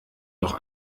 noch